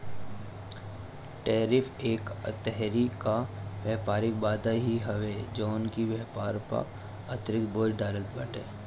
tariff एक तरही कअ व्यापारिक बाधा ही हवे जवन की व्यापार पअ अतिरिक्त बोझ डालत बाटे